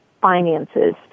finances